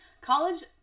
College